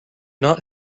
not